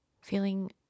feeling